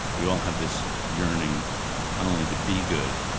we all have this yearning, not only to be good,